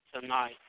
tonight